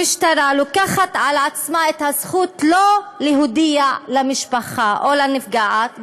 המשטרה לוקחת לעצמה את הזכות לא להודיע למשפחה או לנפגעת,